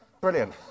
Brilliant